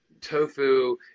tofu